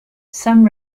some